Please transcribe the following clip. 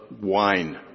wine